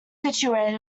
situated